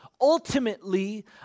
Ultimately